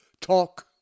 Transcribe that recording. talk